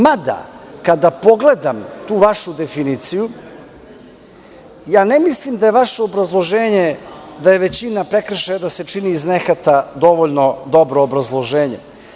Mada, kada pogledam tu vašu definiciju, ne mislim da je vaše obrazloženje da se većina prekršaja čini iz nehata dovoljno dobro obrazloženje.